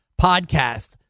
podcast